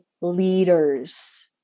leaders